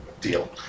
Deal